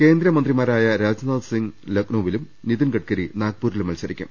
കേന്ദ്രമന്ത്രിമാരായ രാജ്നാഥ് സിങ്ങ് ലഖ്നോയിലും നിതിൻ ഗഡ്ഗരി നാഗ്പൂരിലും മത്സരിക്കും